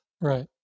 Right